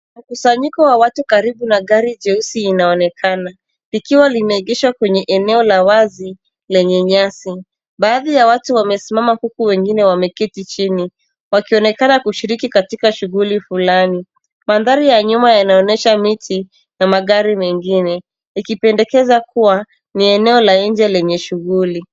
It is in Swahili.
Mkusanyiko wa watu karibu na gari jeusi inaonekana, likiwa limeegeswa kwenye eneo la wazi lenye nyasi. Baadhi ya watu wamesimama huku wengine wameketi jini wakionekana kushiriki katika shughuli fulani. Mandhari ya nyuma inaonyesha miti na magari mengine ikipendekeza kuwa ni eneo la nje lenye shughuli.